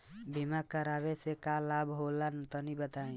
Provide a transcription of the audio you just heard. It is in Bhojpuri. बीमा करावे से का लाभ होला तनि बताई?